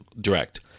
direct